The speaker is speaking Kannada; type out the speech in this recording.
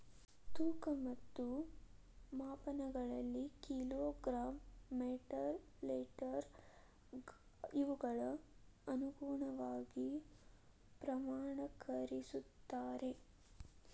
ತೂಕ ಮತ್ತು ಮಾಪನಗಳಲ್ಲಿ ಕಿಲೋ ಗ್ರಾಮ್ ಮೇಟರ್ ಲೇಟರ್ ಇವುಗಳ ಅನುಗುಣವಾಗಿ ಪ್ರಮಾಣಕರಿಸುತ್ತಾರೆ